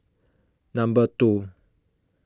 number two